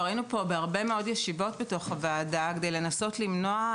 היינו פה בהרבה מאוד ישיבות של הוועדה כדי לנסות למנוע.